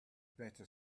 better